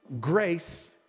grace